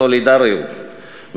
בסולידריות,